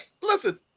listen